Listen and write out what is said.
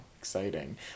exciting